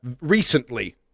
recently